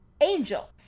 angels